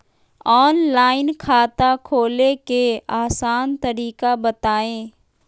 Online खाता खोले के आसान तरीका बताए?